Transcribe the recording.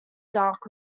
dark